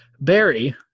Barry